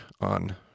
on